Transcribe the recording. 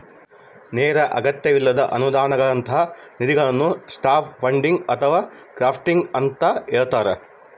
ನೇರ ಅಗತ್ಯವಿಲ್ಲದ ಅನುದಾನಗಳಂತ ನಿಧಿಗಳನ್ನು ಸಾಫ್ಟ್ ಫಂಡಿಂಗ್ ಅಥವಾ ಕ್ರೌಡ್ಫಂಡಿಂಗ ಅಂತ ಹೇಳ್ತಾರ